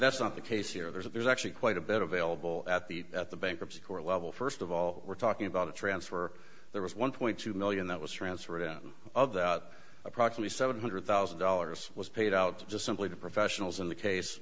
that's not the case here there's actually quite a bit available at the at the bankruptcy court level first of all we're talking about a transfer there was one point two million that was transferred out of that approximately seven hundred thousand dollars was paid out to just simply the professionals in the case